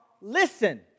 listen